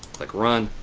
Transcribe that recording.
like run.